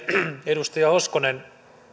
edustaja hoskonen